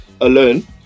alone